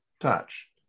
touch